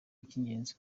icy’ingenzi